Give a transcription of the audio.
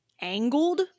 Angled